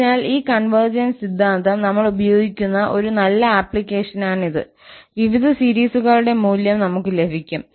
അതിനാൽ ഈ കൺവെർജെൻസ് സിദ്ധാന്തം നമ്മൾ ഉപയോഗിക്കുന്ന ഒരു നല്ല ആപ്ലിക്കേഷനാണിത് വിവിധ സീരീസ്കളുടെ മൂല്യം നമുക്ക് ലഭിക്കും